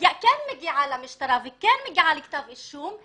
כן מגיע למשטרה וכן מגיע לכתב אישום,